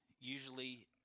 usually